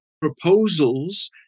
proposals